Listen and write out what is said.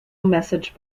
message